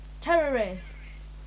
terrorists